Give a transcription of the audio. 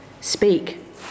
Speak